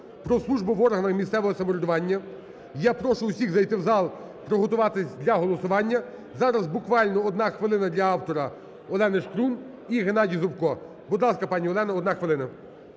про службу в органах місцевого самоврядування. Я прошу всіх зайти в зал приготуватись для голосування. Зараз, буквально, одна хвилина для автора Олени Шкрум і Геннадій Зубко. Будь ласка, пані Олена, одна хвилина.